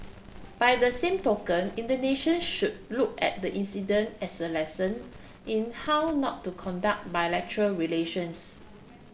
by the same token Indonesian should look at the incident as a lesson in how not to conduct bilateral relations